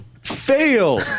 fail